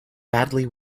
badly